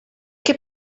che